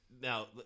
now